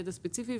ידע ספציפי",